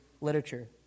literature